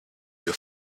your